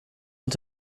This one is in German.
und